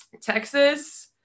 texas